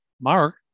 mark